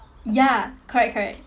ya correct correct